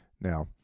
Now